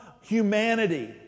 humanity